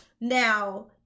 Now